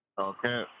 Okay